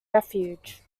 refuge